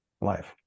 life